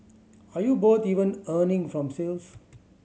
are you both even earning from sales